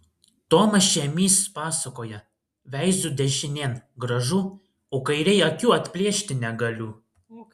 tomas šėmys pasakoja veiziu dešinėn gražu o kairėj akių atplėšti negaliu